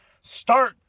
start